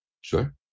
Sure